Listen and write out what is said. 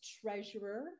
treasurer